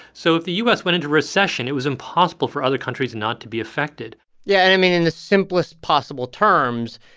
so if the u s. went into recession, it was impossible for other countries not to be affected yeah, and i mean, in the simplest possible terms,